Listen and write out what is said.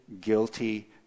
guilty